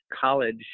College